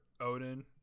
odin